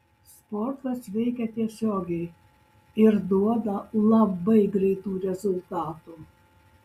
sportas veikia tiesiogiai ir duoda labai greitų rezultatų